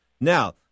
Now